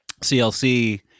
CLC